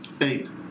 Eight